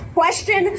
question